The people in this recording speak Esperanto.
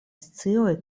scioj